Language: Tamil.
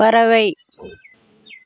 பறவை